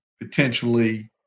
potentially